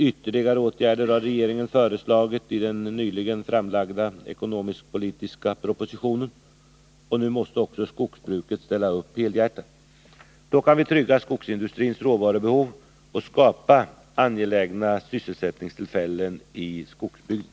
Ytterligare åtgärder har regeringen föreslagit i den nyligen framlagda ekonomisk-politiska propositionen. Nu måste också skogsbruket ställa upp helhjärtat. Då kan vi trygga skogsindustrins råvarubehov och skapa angelägna sysselsättningstillfällen i skogsbygderna.